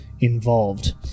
involved